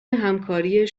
همکاری